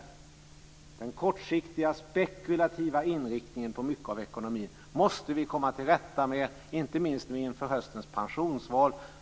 Vi måste komma till rätta med den kortsiktiga spekulativa inriktningen på ekonomin, inte minst inför höstens pensionsval.